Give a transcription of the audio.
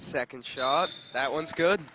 second shot that one's good